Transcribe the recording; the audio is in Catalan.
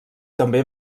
també